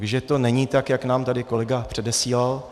Takže to není tak, jak nám tady kolega předesílal.